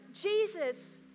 Jesus